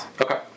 Okay